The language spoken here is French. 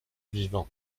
vivant